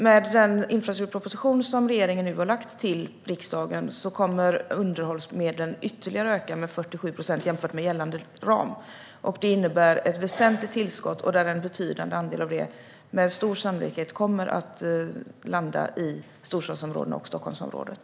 Med den infrastrukturproposition som regeringen nu har lagt fram till riksdagen kommer underhållsmedlen att öka ytterligare med 47 procent jämfört med gällande ram. Det innebär ett väsentligt tillskott, och en betydande andel av det kommer med stor sannolikhet att landa i storstadsområdena och Stockholmsområdet.